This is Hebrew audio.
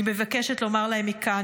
אני מבקשת לומר להם מכאן,